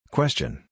Question